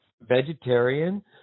vegetarian